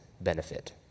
benefit